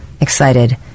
excited